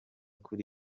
kuri